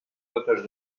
totes